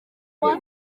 bari